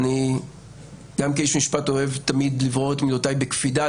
אני גם כאיש משפט אוהב תמיד לברור את מילותיי בקפידה,